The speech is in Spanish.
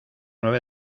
nueve